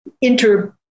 inter